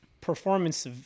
performance